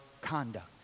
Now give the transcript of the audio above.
conduct